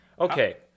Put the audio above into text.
Okay